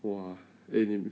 !wah! eh 你